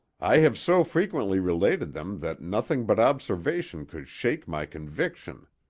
i have so frequently related them that nothing but observation could shake my conviction.